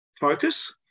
focus